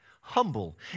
humble